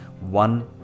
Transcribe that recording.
One